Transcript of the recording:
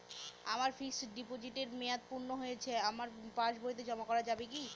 আমার ফিক্সট ডিপোজিটের মেয়াদ পূর্ণ হয়েছে আমার পাস বইতে জমা করা যাবে কি?